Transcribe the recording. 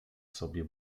sobie